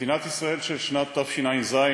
מדינת ישראל של שנת תשע"ז,